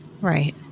Right